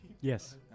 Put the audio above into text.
Yes